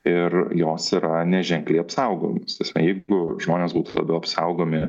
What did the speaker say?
ir jos yra ne ženkliai apsaugojamos ta prasme jeigu žmonės būtų labiau apsaugomi